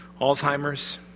Alzheimer's